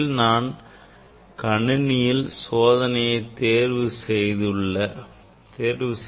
முதலில் நான் கணினியில் சோதனையை தேர்வு செய்துகொள்ள வேண்டும்